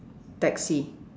taxi